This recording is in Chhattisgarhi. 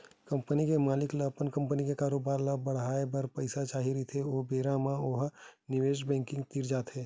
कंपनी के मालिक ल अपन कंपनी के कारोबार ल बड़हाए बर पइसा चाही रहिथे ओ बेरा म ओ ह निवेस बेंकिग तीर जाथे